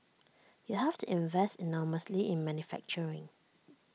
you have to invest enormously in manufacturing